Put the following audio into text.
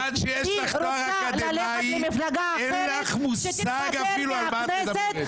היא רוצה ללכת למפלגה אחרת -- אין מושג אפילו על מה את מדברת.